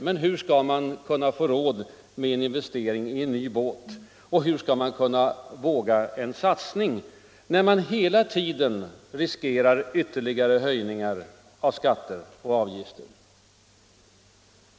Men hur skall man kunna få råd med investering i ny båt, och hur skall man våga en satsning när man hela tiden riskerar ytterligare höjningar av skatter och avgifter?